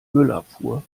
müllabfuhr